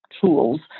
tools